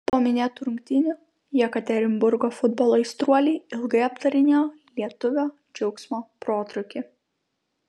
po minėtų rungtynių jekaterinburgo futbolo aistruoliai ilgai aptarinėjo lietuvio džiaugsmo protrūkį